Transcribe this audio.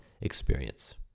experience